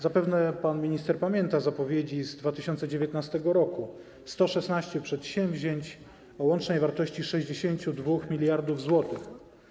Zapewne pan minister pamięta zapowiedzi z 2019 r. - 116 przedsięwzięć o łącznej wartości 62 mld zł.